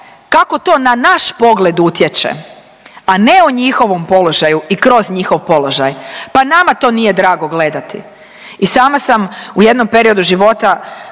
kako to na naš pogled utječe, a ne o njihovu položaju i kroz njihov položaj, pa nama to nije drago gledati. I sama sam u jednom periodu život